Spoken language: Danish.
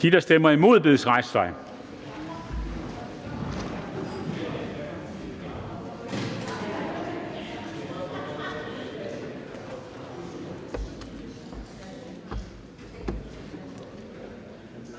Tak. De, der stemmer imod, bedes rejse